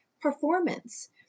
performance